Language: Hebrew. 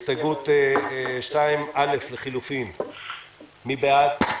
רוב הסתייגות 2 של קבוצת הרשימה המשותפת וקבוצת מרצ לסעיף